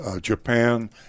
Japan